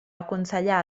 aconsellar